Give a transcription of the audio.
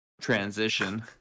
transition